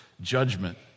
judgment